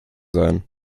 sein